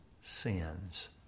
sins